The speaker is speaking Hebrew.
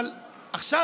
אבל עכשיו,